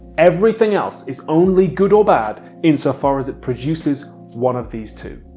everything else is only good or bad in so far as it produces one of these two.